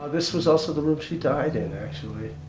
this was also the room she died in actually.